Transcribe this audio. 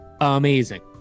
amazing